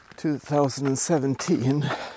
2017